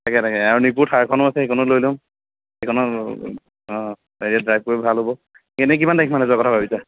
তাকে তাকে আৰু নিপুৰ থাৰখনো আছে সেইখনো লৈ ল'ম সেইখনত অ' ড্ৰাইভ কৰিবলৈ ভাল হ'ব এনে কিমান তাৰিখ মানে যোৱাৰ কথা ভাবিছা